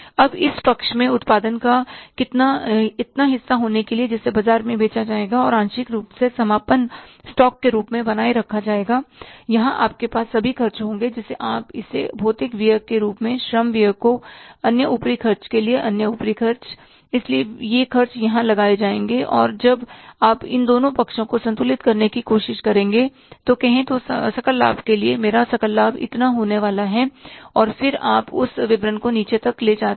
अब इस पक्ष में उत्पादन का इतना हिस्सा होने के लिए जिसे बाजार में बेचा जाएगा और आंशिक रूप से समापन स्टॉक के रूप में बनाए रखा जाएगा यहां आपके पास सभी खर्च होंगे जिसे आप इसे भौतिक व्यय के रूप में श्रम व्यय को अन्य ऊपरी खर्चे के लिए अन्य ऊपरी खर्च इसलिए ये खर्च यहां लगाए जाएंगे और जब आप इन दोनों पक्षों को संतुलित करने की कोशिश करेंगे कहें तो सकल लाभ के लिए मेरा सकल लाभ इतना होने वाला है और फिर आप विवरण को नीचे तक ले जाते हैं